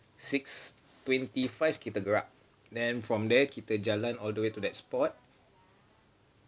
six twenty five kita gerak then from there kita jalan all the way to that spot